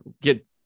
get